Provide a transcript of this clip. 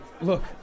Look